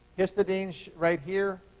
histidine right here,